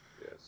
Yes